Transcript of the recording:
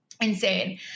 insane